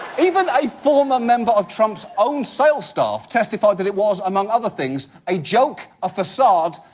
even a former member of trump's own sale's staff testified that it was, among other things, a joke, a facade,